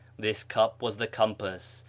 this cup was the compass,